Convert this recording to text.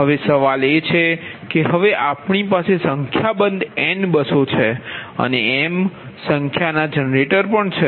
હવે સવાલ એ છે કે હવે આપણી પાસે સંખ્યાબંધ n બસો છે અને m સંખ્યાના જનરેટર છે